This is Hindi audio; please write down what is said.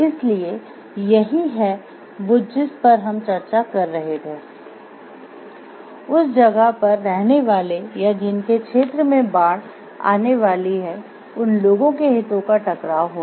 इसलिए यही है वो जिस पर हम चर्चा कर रहे थे उस जगह पर रहने वाले या जिनके क्षेत्र में बाढ़ आने वाली है उन लोगों के हितों का टकराव होगा